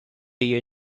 you